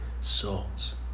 souls